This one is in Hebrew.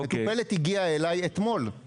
סיפור שהגיע אתמול,